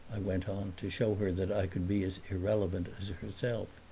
i went on, to show her that i could be as irrelevant as herself.